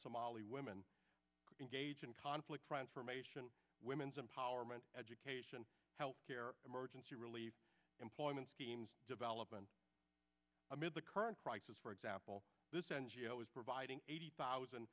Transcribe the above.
somali women engage in conflict transformation women's empower education health care emergency relief employment schemes development amid the current crisis for example this n g o s providing eighty thousand